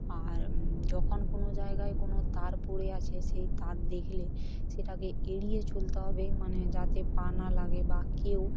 আর যখন কোনো জায়গায় কোনো তার পড়ে আছে সেই তার দেখলে সেটাকে এড়িয়ে চলতে হবে মানে যাতে পা না লাগে বা কেউ